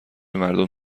بمردم